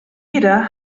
jeder